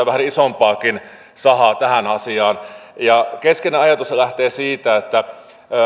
vähän isompaakin sahaa tähän asiaan keskeinen ajatushan lähtee siitä että